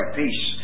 peace